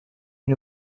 une